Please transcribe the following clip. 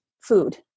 food